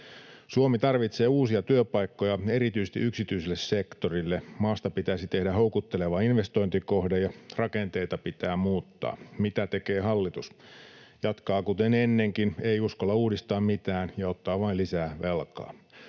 Suomi tarvitsee uusia työpaikkoja erityisesti yksityiselle sektorille. Maasta pitäisi tehdä houkutteleva investointikohde ja rakenteita pitää muuttaa. Mitä tekee hallitus? Jatkaa kuten ennenkin, ei uskalla uudistaa mitään ja ottaa vain lisää velkaa.